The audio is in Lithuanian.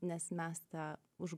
nes mes tą užg